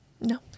no